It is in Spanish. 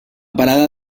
parada